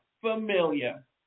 familiar